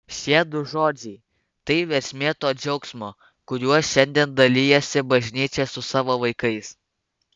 šie du žodžiai tai versmė to džiaugsmo kuriuo šiandien dalijasi bažnyčia su savo vaikais